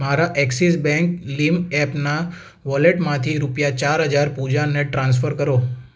મારા Axis Bank Lime એપના વોલેટમાંથી રૂપિયા ચાર હજાર પૂજાને ટ્રાન્સફર કરો